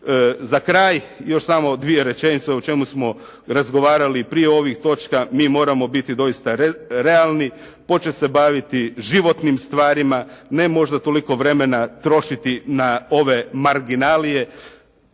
Za kraj još samo dvije rečenice o čemu smo razgovarali i prije ovih točka. Mi moramo biti doista realni, počet se baviti životnim stvarima, ne možda toliko vremena trošiti na ove marginalije.